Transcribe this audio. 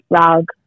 rug